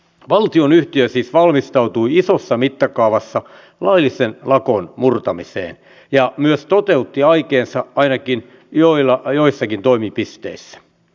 valtionyhtiö siis valmistautui isossa mittakaavassa laillisen lakon murtamiseen ja myös toteutti aikeensa ainakin joissakin toimipisteissä